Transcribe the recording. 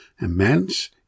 immense